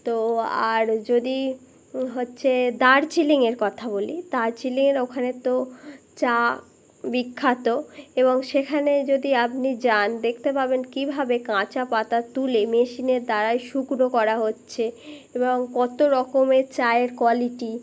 তো আর যদি হচ্ছে দার্জিলিংয়ের কথা বলি দার্জিলিংয়ের ওখানে তো চা বিখ্যাত এবং সেখানে যদি আপনি যান দেখতে পাবেন কীভাবে কাঁচা পাতা তুলে মেশিনের দ্বারাই শুকনো করা হচ্ছে এবং কত রকমের চায়ের কোয়ালিটি